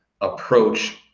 approach